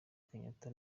kenyatta